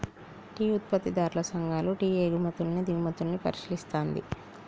tea ఉత్పత్తిదారుల సంఘాలు tea ఎగుమతుల్ని దిగుమతుల్ని పరిశీలిస్తది